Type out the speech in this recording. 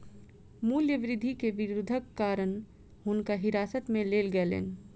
मूल्य वृद्धि के विरोधक कारण हुनका हिरासत में लेल गेलैन